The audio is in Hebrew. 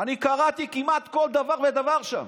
קראתי כמעט כל דבר ודבר שם.